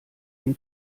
den